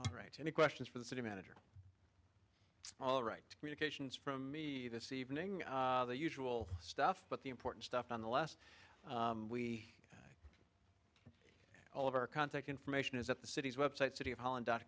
right any questions for the city manager all right communications from me this evening the usual stuff but the important stuff on the last we all of our contact information is at the city's website city of holland dot